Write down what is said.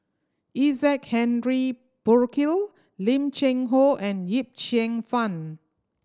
Isaac Henry Burkill Lim Cheng Hoe and Yip Cheong Fun